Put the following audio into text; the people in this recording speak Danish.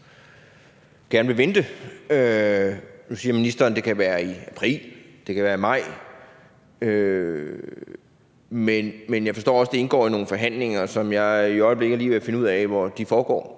gerne vil vente. Nu siger ministeren, at det kan være i april, det kan være i maj. Men jeg forstår også, det indgår i nogle forhandlinger, som jeg i øjeblikket lige er ved at finde ud af hvor foregår,